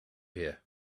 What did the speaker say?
here